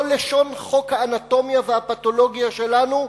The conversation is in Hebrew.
זאת לשון חוק האנטומיה והפתולוגיה שלנו,